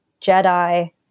Jedi